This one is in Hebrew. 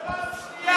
אבל זאת פעם שנייה.